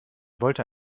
wollten